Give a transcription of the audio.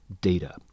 data